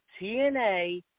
tna